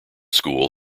school